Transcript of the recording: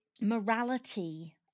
morality